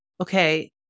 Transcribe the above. okay